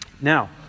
Now